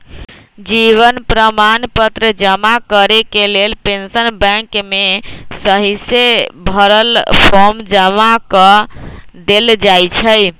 जीवन प्रमाण पत्र जमा करेके लेल पेंशन बैंक में सहिसे भरल फॉर्म जमा कऽ देल जाइ छइ